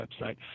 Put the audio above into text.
website